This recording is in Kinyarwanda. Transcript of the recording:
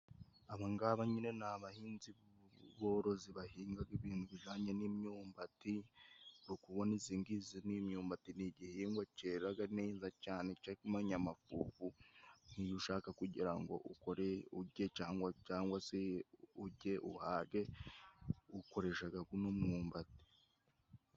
Abangaba nyine ni abahinzi borozi bahinga ibintu bijanye n'imyumbati. Uri kubona izingizi ni imyumbati, ni igihingwa ceraga neza cane c'ibinyamafufu, Iyo ushaka kugira ngo ukore, ujye cangwa se ujye uhage ukoreshaga guno mwumbati.